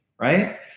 right